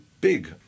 big